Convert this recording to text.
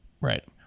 Right